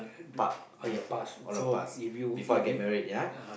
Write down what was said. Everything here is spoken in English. part before of all past before I get married ya